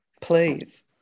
Please